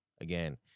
Again